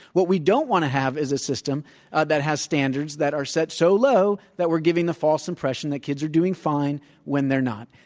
what we don't want to have is a system ah that has standards that are set so low that we're giv ing the false impression that kids are doing fine when they're not.